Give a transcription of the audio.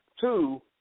Two